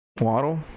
Waddle